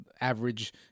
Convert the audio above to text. average